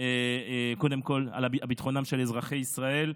ביטחונם של אזרחי ישראל,